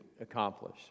accomplish